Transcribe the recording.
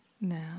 now